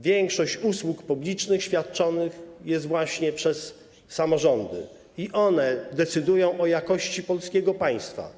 Większość usług publicznych jest świadczona właśnie przez samorządy i to one decydują o jakości polskiego państwa.